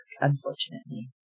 Unfortunately